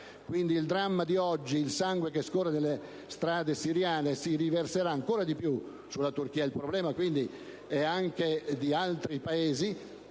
il dramma di oggi, il sangue che scorre nelle strade siriane si riverserà ancora di più sulla Turchia. Dunque è un problema anche di altri Paesi.